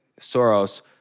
Soros